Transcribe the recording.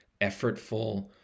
effortful